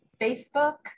Facebook